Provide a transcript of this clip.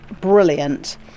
brilliant